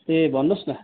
ए भन्नुहोस् न